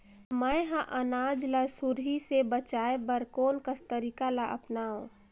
मैं ह अनाज ला सुरही से बचाये बर कोन कस तरीका ला अपनाव?